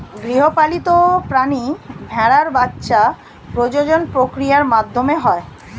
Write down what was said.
গৃহপালিত প্রাণী ভেড়ার বাচ্ছা প্রজনন প্রক্রিয়ার মাধ্যমে হয়